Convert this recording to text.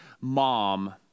Mom